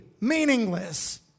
meaningless